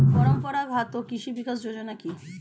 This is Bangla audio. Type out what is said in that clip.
পরম্পরা ঘাত কৃষি বিকাশ যোজনা কি?